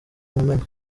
mumena